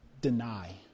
deny